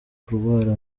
kurwara